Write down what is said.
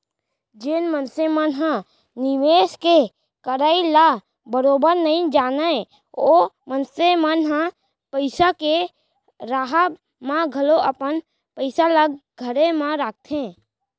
जेन मनसे मन ह निवेस के करई ल बरोबर नइ जानय ओ मनसे मन ह पइसा के राहब म घलौ अपन पइसा ल घरे म राखथे